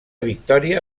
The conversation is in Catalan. victòria